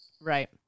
Right